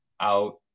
out